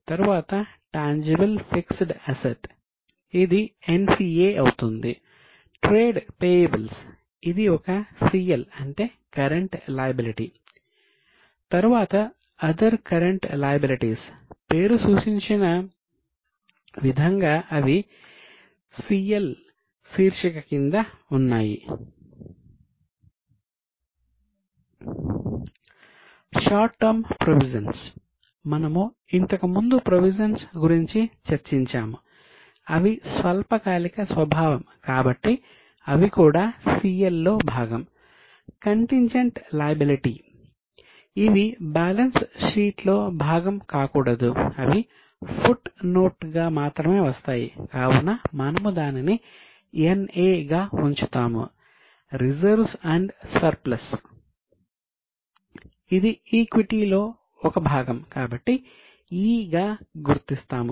తరువాత other current లయబిలిటీస్లో ఒక భాగం కాబట్టి 'E' గా గుర్తిస్తాము